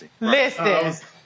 Listen